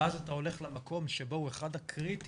ואז אתה הולך למקום שבו הוא אחד הקריטיים